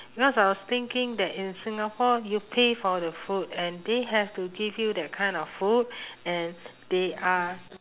because I was thinking that in singapore you pay for the food and they have to give you that kind of food and they are